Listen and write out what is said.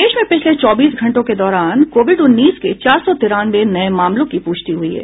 प्रदेश में पिछले चौबीस घंटों के दौरान कोविड उन्नीस के चार सौ तिरानवे नये मामलों की पुष्टि हुई है